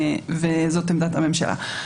וזאת עמדת הממשלה.